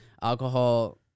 alcohol